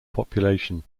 population